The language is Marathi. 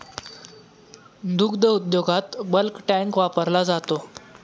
दुग्ध उद्योगात बल्क टँक वापरला जातो